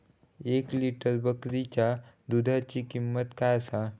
एक लिटर बकरीच्या दुधाची किंमत काय आसा?